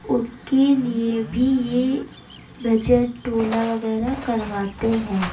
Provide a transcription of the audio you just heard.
ان کے لیے بھی یہ بھجن ٹولہ وغیرہ کرواتے ہیں